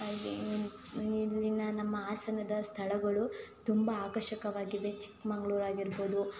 ಹಾಗೇ ಈ ಇಲ್ಲಿನ ನಮ್ಮ ಆಸನದ ಸ್ಥಳಗಳು ತುಂಬ ಆಕರ್ಷಕವಾಗಿವೆ ಚಿಕ್ಕಮಗ್ಳೂರು ಆಗಿರ್ಬೋದು